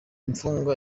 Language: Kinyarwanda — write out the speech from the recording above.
mfungwa